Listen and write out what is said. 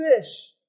fish